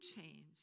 change